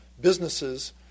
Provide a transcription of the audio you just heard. businesses